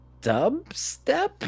dubstep